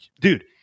dude